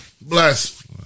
Bless